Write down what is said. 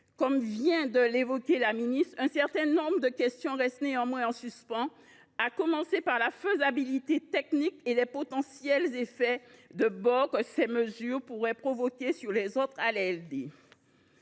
Comme vient de le souligner Mme la ministre, un certain nombre de questions restent néanmoins en suspens, à commencer par la faisabilité technique et les potentiels effets de bord que ces mesures pourraient provoquer sur les autres ALD.